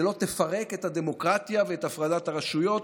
שלא תפרק את הדמוקרטיה ואת הפרדת הרשויות,